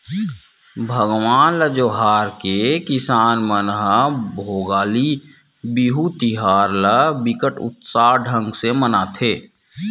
भगवान ल जोहार के किसान मन ह भोगाली बिहू तिहार ल बिकट उत्साह ढंग ले मनाथे